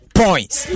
points